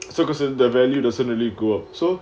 focusing their value doesn't really go so